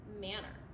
manner